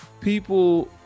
people